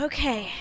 Okay